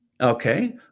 Okay